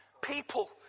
people